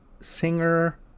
singer